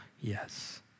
yes